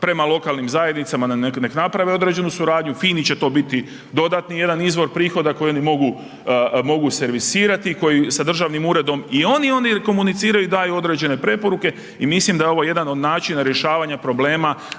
prema lokalnim zajednicama, nek naprave određenu suradnju, FINI će to biti dodatni jedan izvor prihoda koji oni mogu, mogu servisirati koji sa državnim uredom i oni, oni komuniciraju i daju određene preporuke i mislim da je ovo jedan od načina rješavanja problema